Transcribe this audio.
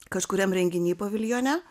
kažkuriam renginy paviljone